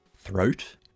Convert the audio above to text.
throat